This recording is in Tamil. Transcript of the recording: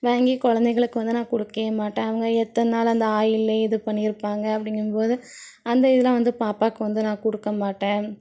வாங்கி கொழந்தைகளுக்கு வந்து நான் குடுக்கவே மாட்டேன் அவங்க எத்தனை நாள் அந்த ஆயில்லையே இது பண்ணியிருப்பாங்க அப்படிங்கும் போது அந்த இதெலாம் வந்து பாப்பாவுக்கு வந்து நான் கொடுக்க மாட்டேன்